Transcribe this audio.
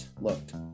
looked